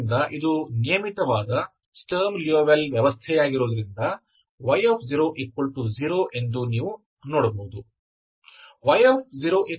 ಆದ್ದರಿಂದ ಇದು ನಿಯಮಿತವಾದ ಸ್ಟರ್ಮ್ ಲಿಯೋವಿಲ್ಲೆ ವ್ಯವಸ್ಥೆಯಾಗಿರುವುದರಿಂದ y0 ಎಂದು ನೀವು ನೀಡಬಹುದು